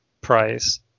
price